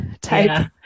type